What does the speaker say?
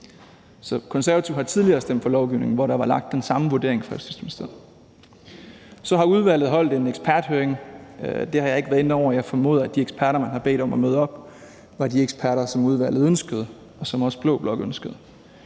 Konservative har tidligere stemt for lovgivning, hvor der var lagt den samme vurdering fra Justitsministeriets side. Så har udvalget afholdt en eksperthøring. Det har jeg ikke været inde over. Jeg formoder, at de eksperter, man har bedt om at møde op, var de eksperter, som udvalget ønskede, og som også den blå blok ønskede.